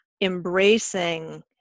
embracing